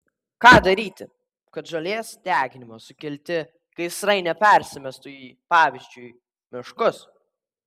ką daryti kad žolės deginimo sukelti gaisrai nepersimestų į pavyzdžiui miškus